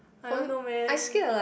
I don't know man